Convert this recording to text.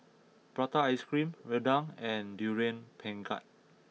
Prata Ice Cream Rendang and Durian Pengat